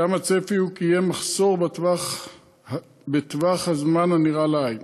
שם הצפי הוא כי יהיה מחסור בטווח הזמן הנראה לעין.